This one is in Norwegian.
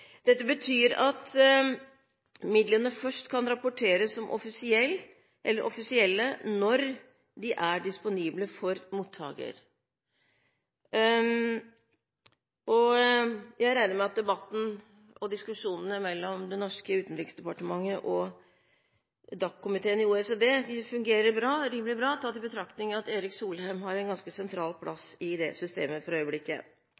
Dette betyr at midlene først kan rapporteres som offisielle når de er disponible for mottaker. Jeg regner med at debatten og diskusjonene mellom det norske Utenriksdepartementet og DAC-komiteen i OECD fungerer rimelig bra, tatt i betraktning at Erik Solheim har en ganske sentral plass i det systemet for øyeblikket.